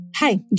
Hi